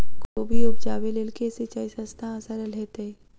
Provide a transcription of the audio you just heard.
कोबी उपजाबे लेल केँ सिंचाई सस्ता आ सरल हेतइ?